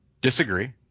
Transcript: disagree